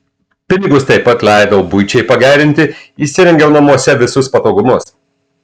pinigus taip pat leidau buičiai pagerinti įsirengiau namuose visus patogumus